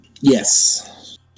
Yes